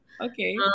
Okay